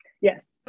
Yes